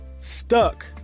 stuck